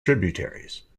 tributaries